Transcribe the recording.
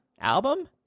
album